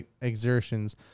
exertions